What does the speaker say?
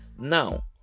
Now